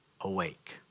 awake